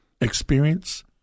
experience